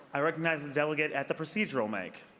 i recognize the delegate at the procedural mic.